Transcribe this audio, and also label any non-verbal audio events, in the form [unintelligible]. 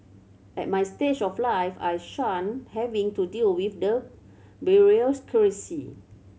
at my stage of life I shun having to deal with the [unintelligible]